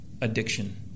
addiction